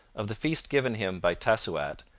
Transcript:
of the feast given him by tessouat,